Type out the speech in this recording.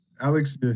Alex